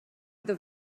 iddo